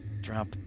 drop